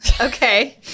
Okay